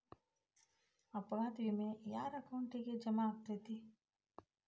ಅಪಘಾತ ವಿಮೆ ಯಾರ್ ಅಕೌಂಟಿಗ್ ಜಮಾ ಆಕ್ಕತೇ?